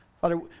Father